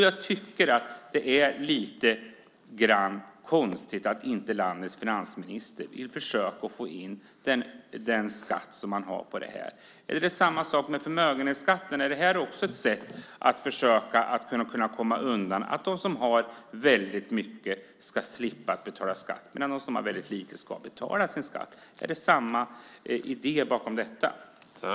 Jag tycker att det är lite konstigt att landets finansminister inte gör försök att få in den här skatten. Är det samma sak som med förmögenhetsskatten? Är det här också ett sätt att försöka komma undan, så att de som har väldigt mycket ska slippa betala skatt medan de som har väldigt lite ska betala sin skatt? Är det samma idé bakom detta?